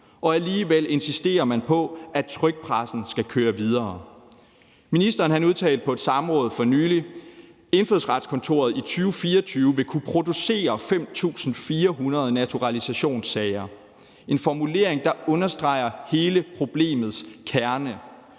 og alligevel insisterer man på, at trykpressen skal køre videre. Ministeren udtalte på et samråd for nylig: Indfødsretskontoret i 2024 vil kunne producere 5.400 naturalisationssager. Det er en formulering, der understreger hele problemets kerne.